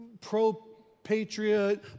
pro-patriot